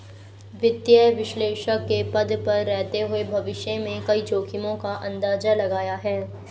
वित्तीय विश्लेषक के पद पर रहते हुए भविष्य में कई जोखिमो का अंदाज़ा लगाया है